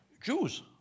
Jews